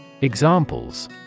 Examples